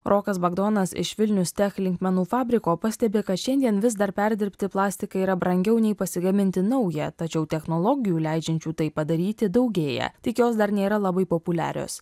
rokas bagdonas iš vilnius tech linkmenų fabriko pastebi kad šiandien vis dar perdirbti plastiką yra brangiau nei pasigaminti naują tačiau technologijų leidžiančių tai padaryti daugėja tik jos dar nėra labai populiarios